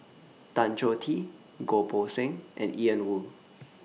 Tan Choh Tee Goh Poh Seng and Ian Woo